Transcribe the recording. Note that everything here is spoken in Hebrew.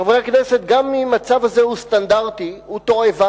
חברי הכנסת, גם אם הצו הזה סטנדרטי, הוא תועבה.